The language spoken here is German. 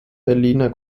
berliner